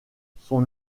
son